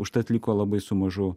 užtat liko labai su mažu